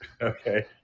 Okay